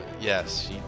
Yes